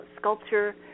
Sculpture